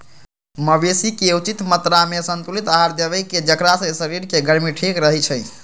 मवेशी के उचित मत्रामें संतुलित आहार देबेकेँ जेकरा से शरीर के गर्मी ठीक रहै छइ